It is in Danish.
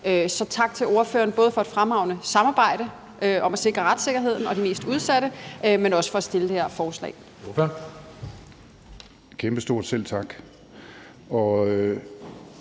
Så tak til ordføreren både for et fremragende samarbejde om at sikre retssikkerheden for de mest udsatte, men også for at fremsætte det her forslag.